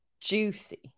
juicy